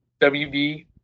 WB